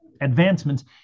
advancements